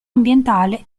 ambientale